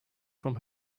from